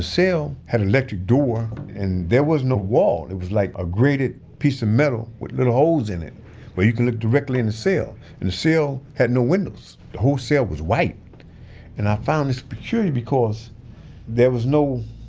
cell had electric door and there was no wall. it was like a grated piece of metal with little holes in it where you can look directly in the cell and the cell had no windows. the whole cell was white and i found this peculiar because there was no,